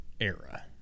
era